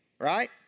right